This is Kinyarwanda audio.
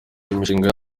imishinga